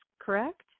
correct